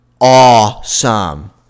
awesome